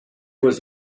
was